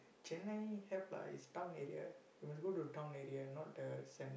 Chennai have lah is town area you must go to town area not the cent~